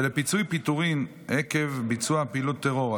ולפיצויי פיטורים עקב ביצוע פעילות טרור),